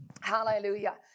Hallelujah